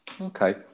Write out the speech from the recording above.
Okay